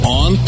on